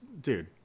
dude